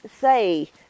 say